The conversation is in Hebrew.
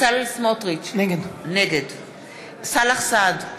בצלאל סמוטריץ, נגד סאלח סעד,